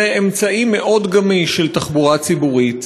זה אמצעי מאוד גמיש של תחבורה ציבורית,